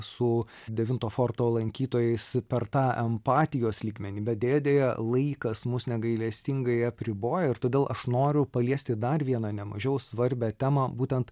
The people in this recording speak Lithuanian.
su devinto forto lankytojais per tą empatijos lygmenį bet deja deja laikas mus negailestingai apriboja ir todėl aš noriu paliesti dar vieną nemažiau svarbią temą būtent